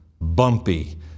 bumpy